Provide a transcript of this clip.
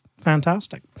Fantastic